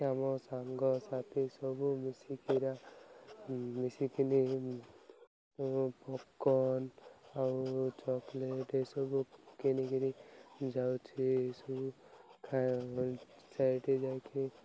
ଆମ ସାଙ୍ଗସଥି ସବୁ ମିଶିକି ମିଶିକିନି ପପକର୍ଣ୍ଣ ଆଉ ଚକଲେଟ୍ ଏସବୁ କିଣିକିରି ଯାଉଛି ଏସବୁ ସେଇଠି ଯାଇକି